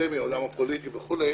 הפוליטי וכו'.